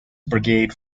brigade